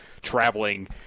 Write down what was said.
traveling